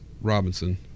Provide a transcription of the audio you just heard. Robinson